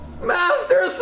Master